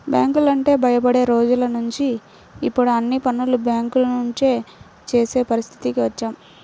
బ్యాంకులంటే భయపడే రోజులనుంచి ఇప్పుడు అన్ని పనులు బ్యేంకుల నుంచే చేసే పరిస్థితికి వచ్చాం